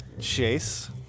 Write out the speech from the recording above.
Chase